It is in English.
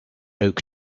oak